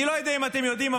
אני לא יודע אם אתם יודעים,